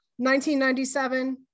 1997